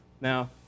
Now